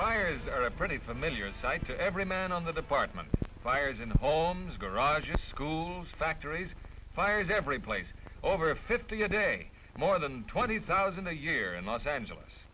fires are a pretty familiar sight to every man on the department fires in homes garages schools factories fires every place over a fifty a day more than twenty thousand a year in los angeles